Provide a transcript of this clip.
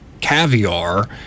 caviar